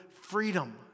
freedom